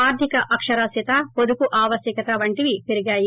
ఆర్గ్దిక అక్షరాస్యత పొదుపు పై ఆవశ్యకత వంటివి పెరిగాయి